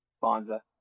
Bonza